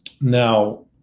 Now